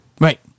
Right